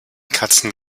katzen